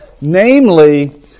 Namely